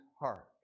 heart